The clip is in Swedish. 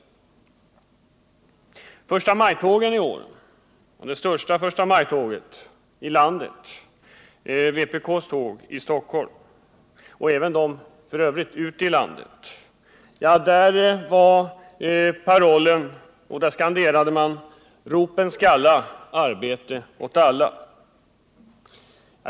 I vpk:s förstamajtåg i år — både i det största i landet, dvs. vpk:s tåg i Stockholm, och i de övriga — skanderades parollen Ropen skalla — arbete åt alla!